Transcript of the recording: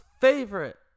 favorite